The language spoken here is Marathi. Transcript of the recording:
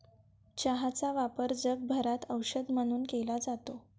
चहाचा वापर जगभरात औषध म्हणून केला जातो